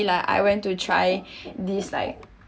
lah I went to try this like